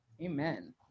Amen